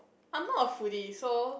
I'm not a foodie so